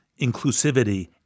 inclusivity